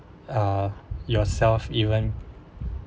uh yourself even